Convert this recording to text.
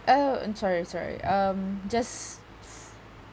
oh I'm sorry sorry um just